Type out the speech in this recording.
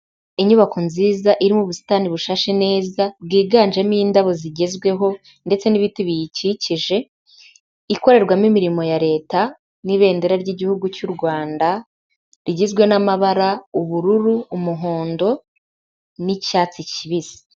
Inyubako nziza irimo ubusitani bushashe neza, bwiganjemo indabo zigezweho ndetse n'ibiti biyikikije, ikorerwamo imirimo ya Leta, n'ibendera ry'igihugu cy'u Rwanda, rigizwe n'amabara ubururu, umuhondo n'icyatsi kibisi.